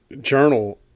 journal